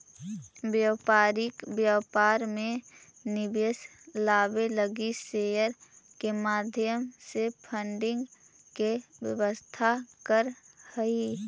व्यापारी व्यापार में निवेश लावे लगी शेयर के माध्यम से फंडिंग के व्यवस्था करऽ हई